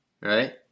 Right